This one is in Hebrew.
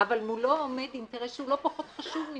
אבל מולו עומד אינטרס שהוא לא פחות חשוב ממנו,